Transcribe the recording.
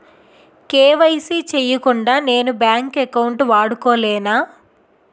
KYC చేయకుండా నేను bank account వాడుకొలేన?